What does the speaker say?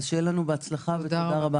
שיהיה לנו בהצלחה ותודה.